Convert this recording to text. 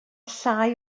llai